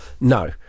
No